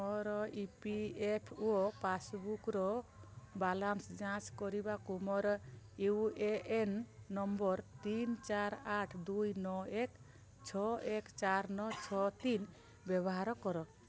ମୋର E P F ଓ ପାସ୍ବୁକ୍ର ବାଲାନ୍ସ୍ ଯାଞ୍ଚ କରିବାକୁ ମୋର ୟୁ ଏ ଏନ୍ ନମ୍ବର୍ ତିନ ଚାରି ଆଠ ଦୁଇ ନଅ ଏକ ଛଅ ଏକ ଚାରି ନଅ ଛଅ ତିନି ବ୍ୟବହାର କର